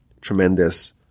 tremendous